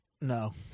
No